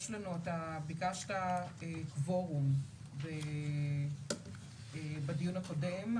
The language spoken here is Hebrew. אתה ביקשת קוורום בדיון הקודם,